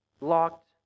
locked